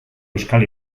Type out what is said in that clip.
euskal